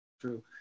true